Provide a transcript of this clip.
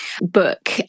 book